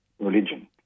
religion